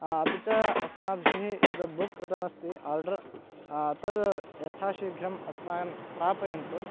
अपि च अस्माभिः यत् बुक् कृतमस्ति आर्डर् तत् यथा शीघ्रम् अस्माकन् प्रापयन्तु